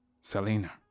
Selena